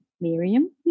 Miriam